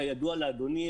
כידוע לאדוני,